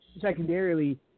secondarily